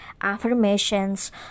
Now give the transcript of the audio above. affirmations